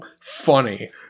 funny